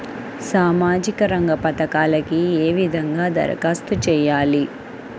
సామాజిక రంగ పథకాలకీ ఏ విధంగా ధరఖాస్తు చేయాలి?